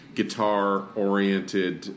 guitar-oriented